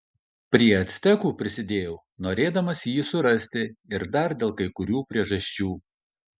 prie actekų prisidėjau norėdamas jį surasti ir dar dėl kai kurių priežasčių